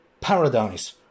paradise